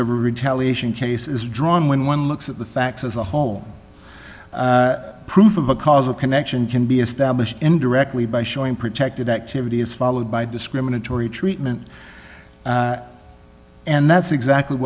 a retaliation case is drawn when one looks at the facts as a home proof of a causal connection can be established indirectly by showing protected activity is followed by discriminatory treatment and that's exactly